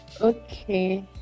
Okay